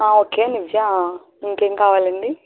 okay Nivya ఇంకా ఏమి కావాలండి